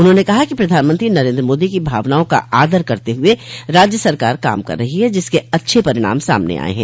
उन्होंने कहा कि प्रधानमंत्री नरेन्द्र मोदी की भावनाओं का आदर करते हुए राज्य सरकार काम कर रही है जिसके अच्छे परिणाम सामने आये हैं